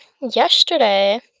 Yesterday